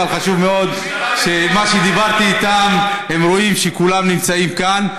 אבל חשוב מאוד שממה שדיברתי איתם הם רואים שכולם נמצאים כאן.